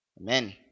Amen